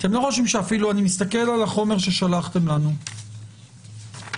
אני מסתכל על החומר ששלחתם לנו,